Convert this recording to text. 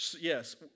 yes